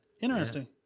Interesting